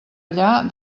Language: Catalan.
allà